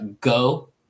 go